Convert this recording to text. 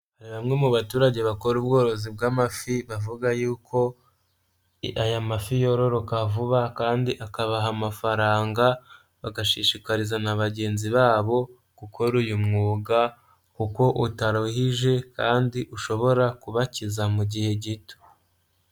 Hari bamwe mu baturage bakora ubworozi bw'amafi bavuga yuko aya mafi yororoka vuba kandi akabaha amafaranga bagashishikariza na bagenzi babo gukora uyu mwuga kuko utaruhije kandi ushobora kubakiza mu gihe gito.